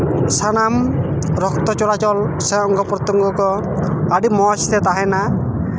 ᱥᱟᱱᱟᱢ ᱨᱚᱠᱛᱚ ᱪᱚᱞᱟᱪᱚᱞ ᱥᱮ ᱚᱝᱜᱚ ᱯᱨᱚᱛᱛᱚᱝᱜᱚ ᱠᱚ ᱟᱹᱰᱤ ᱢᱚᱡᱽ ᱛᱮ ᱛᱟᱦᱮᱱᱟ